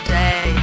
day